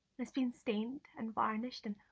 it's been stained and varnished and